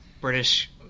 British